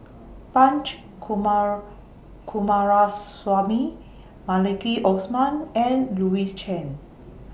Punch Coomaraswamy Maliki Osman and Louis Chen